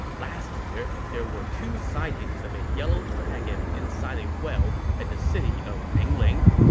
last year, there were two sightings of a yellow dragon inside a well at the city of ningling.